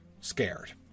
scared